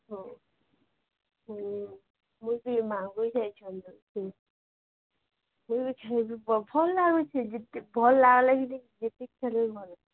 ହଉ ହୁଁ ମୁଁ ବି ମାଙ୍ଗୁଇ ଯାଇଛନ୍ତି ହୁଁ କେତେ ବି ଖାଇବି ଭଲ୍ ଲାଗୁଛି ଯେତେ ଭଲ୍ ଲାଗିଲା ବୋଲି ଯେତିକି ଇଚ୍ଛା ମୋର